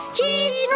Cheese